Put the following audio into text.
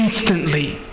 instantly